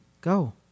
Go